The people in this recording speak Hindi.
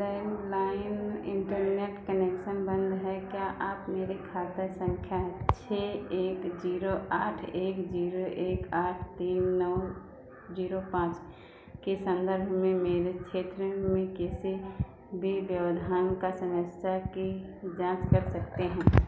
लैंडलाइन इंटरनेट कनेक्शन बंद है क्या आप मेरे खाता संख्या छः एक जीरो आठ एक जीरो एक आठ तीन नौ जीरो पाँच के संदर्भ में मेरे क्षेत्र में किसी भी व्यवधान या समस्या की जाँच कर सकते हैं